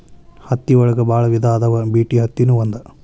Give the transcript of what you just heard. ಹತ್ತಿ ಒಳಗ ಬಾಳ ವಿಧಾ ಅದಾವ ಬಿಟಿ ಅತ್ತಿ ನು ಒಂದ